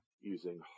using